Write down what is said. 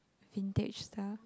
vintage stuff